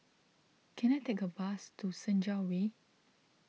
can I take a bus to Senja Way